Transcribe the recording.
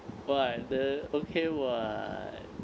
!wah! the okay [what]